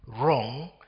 wrong